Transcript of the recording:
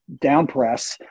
downpress